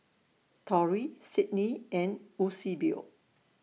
Torey Cydney and Eusebio